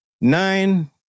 Nine